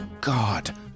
God